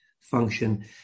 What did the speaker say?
function